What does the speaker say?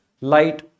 light